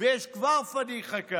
וכבר יש כאן פדיחה.